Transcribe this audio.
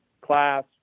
class